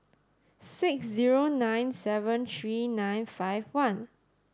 six zero nine seven three nine five one